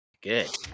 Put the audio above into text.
good